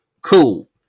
Cool